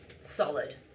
Solid